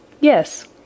Yes